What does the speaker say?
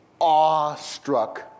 awestruck